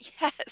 Yes